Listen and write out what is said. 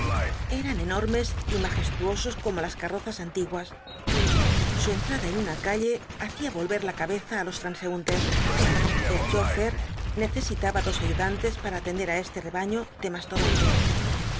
eran enormes y majestuosos como las carrozas antiguas su entrada en una calle hacía volver la cabeza á los transeúntes el chófer necesitaba dos ayudantes para atender á este rebaño de mastodontes